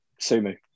Sumu